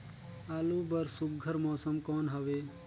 आलू बर सुघ्घर मौसम कौन हवे?